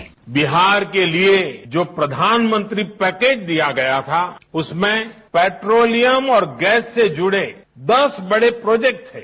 sound bite Bihar के लिए जो प्रधानमंत्री पैकेज दिया गया था उसमें पेट्रोलियम और गैस के जुडे दस बडे प्रोजेक्ट थे